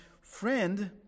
friend